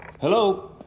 Hello